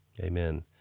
Amen